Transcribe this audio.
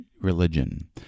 religion